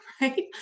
right